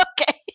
okay